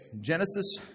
Genesis